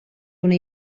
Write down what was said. una